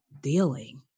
dealing